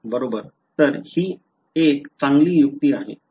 तर ही एक चांगली युक्ती आहे